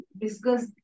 discuss